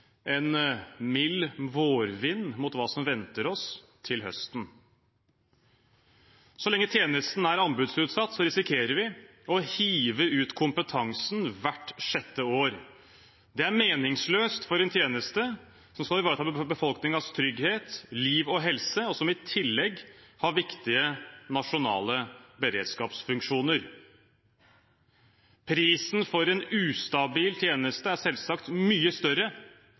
en mild vårvind mot hva som venter oss til høsten. Så lenge tjenesten er anbudsutsatt, risikerer vi å hive ut kompetansen hvert sjette år. Det er meningsløst for en tjeneste som skal ivareta befolkningens trygghet, liv og helse, og som i tillegg har viktige nasjonale beredskapsfunksjoner. Prisen for en ustabil tjeneste er selvsagt mye større